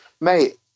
mate